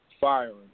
firing